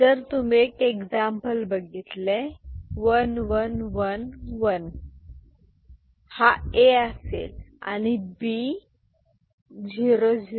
जर तुम्ही एक एक्झाम्पल बघितले 1111 हा Aअसेल आणि B 0001